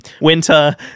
winter